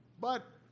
but